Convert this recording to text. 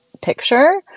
picture